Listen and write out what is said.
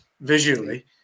visually